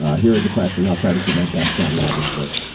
ah here is the question. i'll try to do my best. john roberts voice.